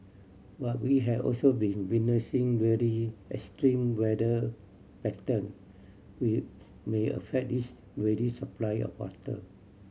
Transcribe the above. but we have also been witnessing really extreme weather pattern with may affect this ready supply of water